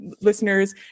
listeners